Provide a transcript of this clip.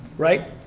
Right